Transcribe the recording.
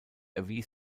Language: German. erwies